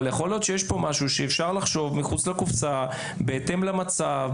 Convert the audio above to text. אבל יכול להיות שיש פה משהו שאפשר לחשוב מחוץ לקופסא בהתאם למצב.